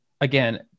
again